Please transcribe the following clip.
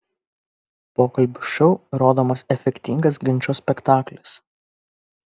pokalbių šou rodomas efektingas ginčo spektaklis